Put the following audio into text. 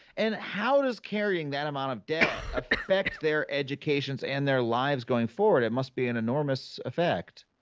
and how does carrying that amount of debt affects their educations and their lives going forward? it must be an enormous effect.